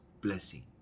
blessing